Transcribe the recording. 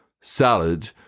salad